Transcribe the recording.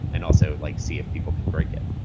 and also like see if people can break it.